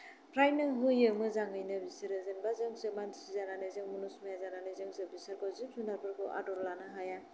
प्रायनो होयो मोजाङैनो बिसोरो जेनेबा जोंसो मानसि जानानै जों मुनुष माया जानानै जोंसो बिसोरखौ जिब जुनारफोरखौ आदर लानो हाया